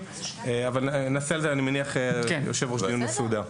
נעשה על זה, היושב-ראש, דיון מסודר.